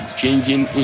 changing